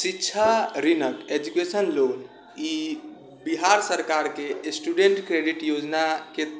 शिक्षा ऋणक education loan ई बिहार सरकारके स्टुडेन्ट क्रेडिट योजनाके